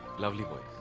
lovely boy.